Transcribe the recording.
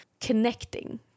connecting